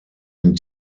den